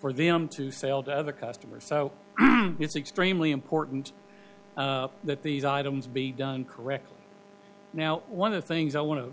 for them to sale to of a customer so it's extremely important that these items be done correctly now one of the things i want to